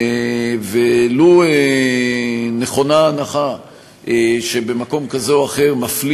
ולו נכונה ההנחה שבמקום כזה או אחר מפלים